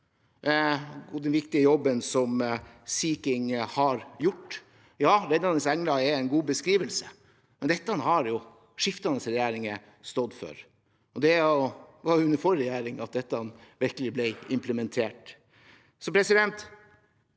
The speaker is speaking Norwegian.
den viktige jobben som Sea King har gjort – reddende engler er en god beskrivelse. Men dette har jo skiftende regjeringer stått for, og det var under forrige regjering at det virkelig ble implementert. Jeg skulle